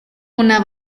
una